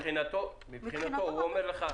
מבחינתו, הוא אומר לך,